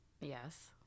Yes